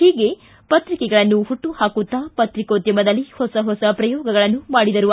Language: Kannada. ಹೀಗೆ ಪ್ರಿಕೆಗಳನ್ನು ಪುಟ್ಲು ಪಾಕುತ್ತ ಪ್ರಿಕೋದ್ಯಮದಲ್ಲಿ ಹೊಸ ಹೊಸ ಪ್ರಯೋಗಗಳನ್ನು ಮಾಡಿದರು